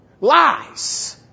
Lies